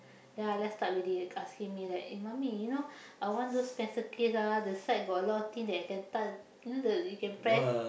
then Alia start already asking me like eh mummy you know I want those pencil case ah the side got a lot of thing that I can touch you know the you can press